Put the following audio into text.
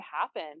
happen